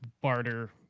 barter